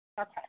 Okay